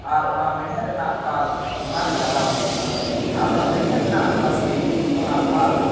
ᱟᱨ ᱚᱱᱟ ᱢᱮᱲᱦᱮᱫ ᱨᱮᱱᱟᱜ ᱯᱷᱟᱞ ᱚᱱᱟ ᱨᱮ ᱞᱟᱜᱟᱣ ᱦᱩᱭᱩᱜᱼᱟ ᱟᱨ ᱚᱱᱟ ᱢᱮᱲᱦᱮᱫ ᱨᱮᱱᱟᱜ ᱯᱟᱹᱥᱤ ᱚᱱᱟ ᱯᱷᱟᱞ